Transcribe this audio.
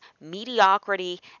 mediocrity